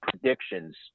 predictions